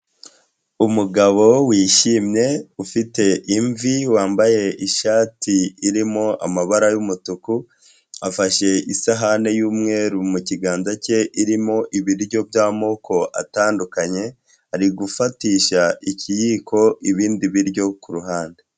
Umugabo wishimye ufite imvi wambaye ishati irimo amabara y'umutuku, afashe isahani y'umweru mu kiganza cye irimo ibiryo by'amoko atandukanye, ari gufatisha ikiyiko ibindi biryo kuruhande.